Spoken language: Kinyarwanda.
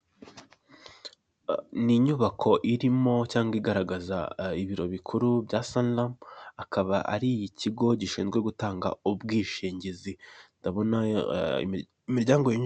N'inyubako irimo cyangw' igaragaz' ibiro bikuru bya saniramu, akaba ar' ikigo gishinzwe gutanga ubwishingizi ndabona imiryango,